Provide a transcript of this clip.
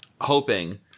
hoping